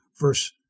verse